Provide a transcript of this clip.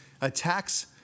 attacks